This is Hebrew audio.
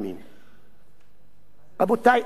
רבותי, אני מאריך, שלא כדרכי,